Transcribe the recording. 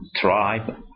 tribe